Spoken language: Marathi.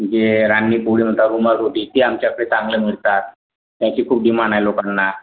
जे रानी फूड उमाकोटी ती आमच्याकडे चांगलं मिळतात त्याची खूप डिमांड आहे लोकांना